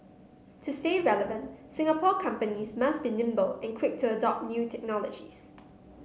to stay relevant Singapore companies must be nimble and quick to adopt new technologies